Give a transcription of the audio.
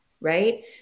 right